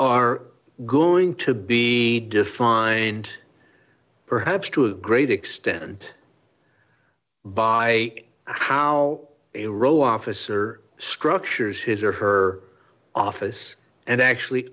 are going to be defined perhaps to a great extent by how a row office or structures his or her office and actually